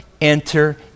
enter